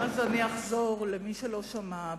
אז אחזור, למי שלא שמע.